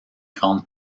grande